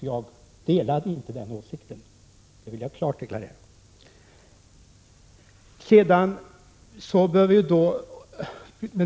Jag delar inte den åsikten — det vill jag klart deklarera.